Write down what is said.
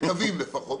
מקווים לפחות,